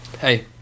Hey